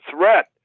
threat